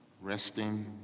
resting